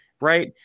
right